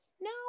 no